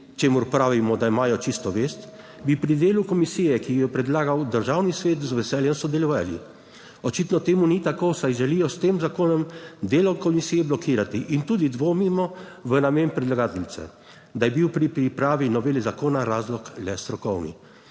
čemur pravimo, da imajo čisto vest, bi pri delu komisije, ki jo je predlagal Državni svet, z veseljem sodelovali. Očitno temu ni tako, saj želijo s tem zakonom delo komisije blokirati. In tudi dvomimo v namen predlagateljice, da je bil pri pripravi novele zakona razlog le strokovni